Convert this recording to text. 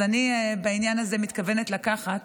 אז אני בעניין הזה מתכוונת לקחת,